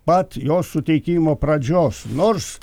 pat jos suteikimo pradžios nors